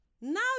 Now